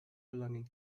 belonging